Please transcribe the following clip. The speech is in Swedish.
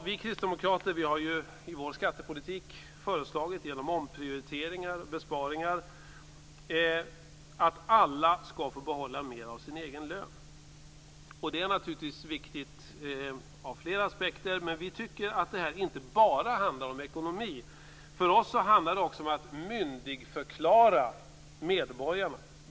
Vi kristdemokrater har i vår skattepolitik föreslagit omprioriteringar och besparingar som innebär att alla skall få behålla mer av sin egen lön. Det är naturligtvis viktigt ur flera aspekter. Vi tycker att det inte bara handlar om ekonomi. För oss handlar det också om att myndigförklara medborgarna.